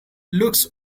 looks